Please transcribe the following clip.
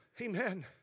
Amen